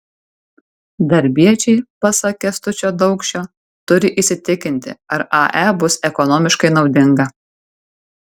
darbiečiai pasak kęstučio daukšio turi įsitikinti ar ae bus ekonomiškai naudinga